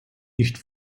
nicht